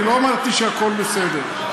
אני לא אמרתי שהכול בסדר.